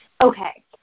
Okay